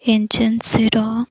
ଏଜେନ୍ସିର